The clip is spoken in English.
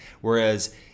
Whereas